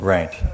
Right